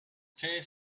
pay